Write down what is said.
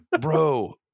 Bro